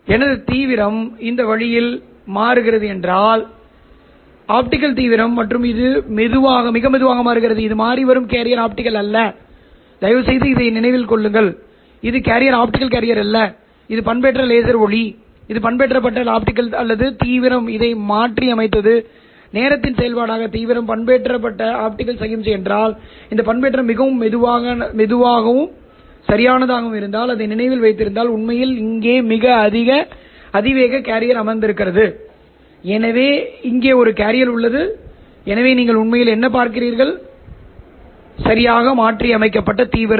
எனது தீவிரம் இந்த வழியில் மாறுகிறது என்றால் ஆப்டிகல் தீவிரம் மற்றும் இது மிக மெதுவாக மாறுகிறது இது மாறிவரும் கேரியர் ஆப்டிகல் அல்ல தயவுசெய்து இதை நினைவில் கொள்ளுங்கள் இது ஆப்டிகல் கேரியர் அல்ல இது பண்பேற்றப்பட்ட லேசர் ஒளி இது பண்பேற்றப்பட்ட ஆப்டிகல் அல்லது தீவிரம் இதை மாற்றியமைத்தது நேரத்தின் செயல்பாடாக தீவிரம் பண்பேற்றப்பட்ட ஆப்டிகல் சமிக்ஞை என்றால் இந்த பண்பேற்றம் மிகவும் மெதுவாக சரியானதாக இருந்தால் அதை நினைவில் வைத்திருந்தால் உண்மையில் இங்கே மிக அதிவேக கேரியர் அமர்ந்திருக்கிறது எனவே இங்கே ஒரு கேரியர் உள்ளது எனவே நீங்கள் உண்மையில் என்ன பார்க்கிறீர்கள் சரியாக மாற்றியமைக்கப்பட்ட தீவிரம்